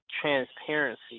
transparency